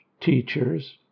teachers